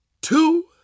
two